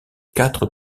quatre